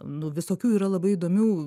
nu visokių yra labai įdomių